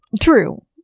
True